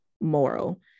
moral